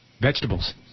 Vegetables